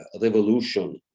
revolution